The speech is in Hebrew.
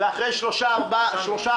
ואחרי שלושה חודשים,